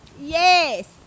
Yes